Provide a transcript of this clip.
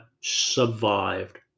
survived